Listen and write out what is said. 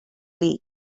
league